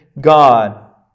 God